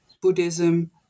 Buddhism